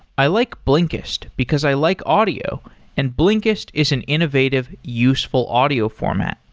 i like blinkist, because i like audio and blinkist is an innovative useful audio format.